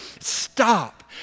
Stop